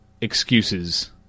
excuses